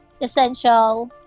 essential